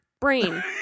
brain